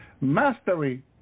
Mastery